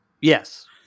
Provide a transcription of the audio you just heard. Yes